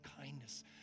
kindness